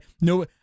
no